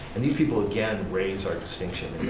and these people again raise our distinction